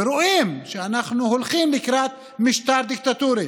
ורואים שאנחנו הולכים לקראת משטר דיקטטורי